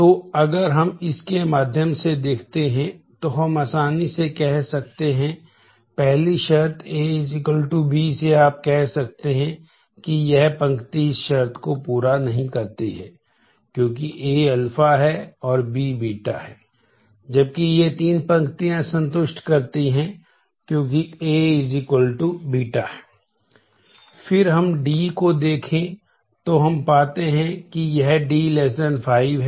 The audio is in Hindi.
तो अगर हम इसके माध्यम से देखते हैं तो हम आसानी से कह सकते हैं पहली शर्त A B से आप कह सकते हैं कि यह पंक्ति इस शर्त को पूरा नहीं करती है